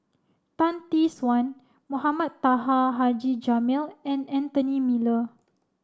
Tan Tee Suan Mohamed Taha Haji Jamil and Anthony Miller